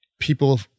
people